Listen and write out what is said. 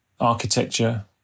architecture